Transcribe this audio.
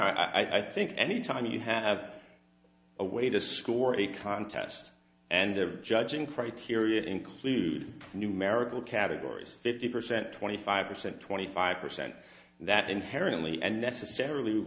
honor i think anytime you have a way to score a contest and of judging criteria include numerical categories fifty percent twenty five percent twenty five percent that inherently and necessarily